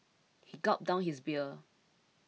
he gulped down his beer